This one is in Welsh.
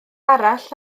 arall